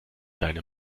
deine